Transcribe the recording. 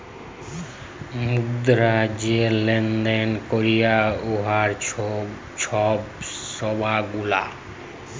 মুদ্রা যে লেলদেল ক্যরে উয়ার ছব সেবা গুলা